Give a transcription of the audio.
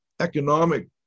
economic